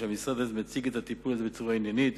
ושהמשרד הזה מציג את הטיפול הזה בצורה עניינית,